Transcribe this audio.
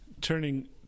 turning